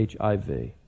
HIV